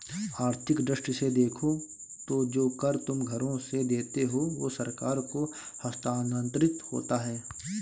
आर्थिक दृष्टि से देखो तो जो कर तुम घरों से देते हो वो सरकार को हस्तांतरित होता है